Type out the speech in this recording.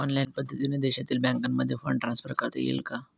Online पद्धतीने देशातील बँकांमध्ये फंड ट्रान्सफर करता येईल का?